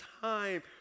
time